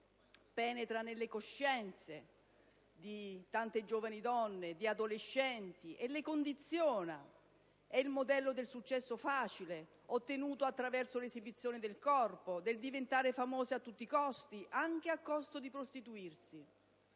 penetra nelle coscienze di tante giovani donne, di adolescenti, e le condiziona. È il modello del successo facile, ottenuto attraverso l'esibizione del corpo, del diventare famose a tutti i costi, anche a costo di prostituirsi.